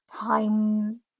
time